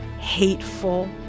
hateful